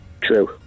True